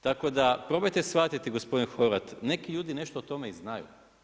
Tako da, probajte shvatiti gospodine Horvat, neki ljudi nešto o tome i znaju.